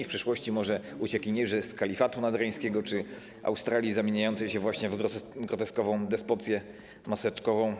W przyszłości może będą to uciekinierzy z kalifatu nadreńskiego czy Australii zamieniającej się właśnie w groteskową despocję maseczkową.